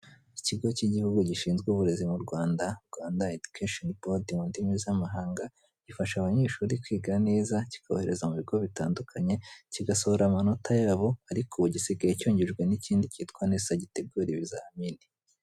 Ikigo cy'igihugu gishinzwe uburezi mu Rwanda, Rwanda education bord mu ndimi z'amahanga, gifasha abanyeshuri kwiga neza, kikabohereza mu bigo bitandukanye, kigasohora amanota yabo, ariko ubu gisigaye cyungirijwe n'ikindi cyitwa NESA gitegura ibizamini.